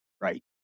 right